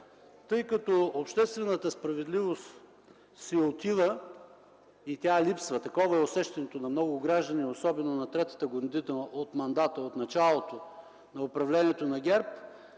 тази. Обществената справедливост си отива, липсва – такова е усещането на много от гражданите, особено на третата година от началото на управлението на ГЕРБ,